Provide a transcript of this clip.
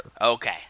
Okay